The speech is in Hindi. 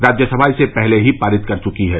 राज्यसभा इसे पहले ही पारित कर चुकी है